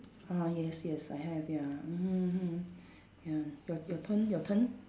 ah yes yes I have ya mmhmm mmhmm ya your your turn your turn